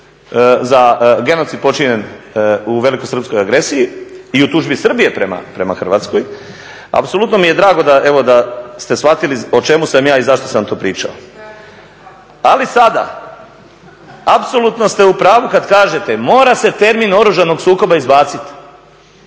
za genocid počinjen u velikosrpskoj agresiji i u tužbi Srbije prema Hrvatskoj apsolutno mi je drago evo da ste shvatili o čemu sam ja i zašto sam to pričao. Ali sada apsolutno ste u pravu kad kažete mora se termin oružanog sukoba izbaciti.